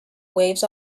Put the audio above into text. waves